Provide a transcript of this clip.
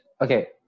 okay